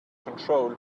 control